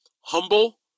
humble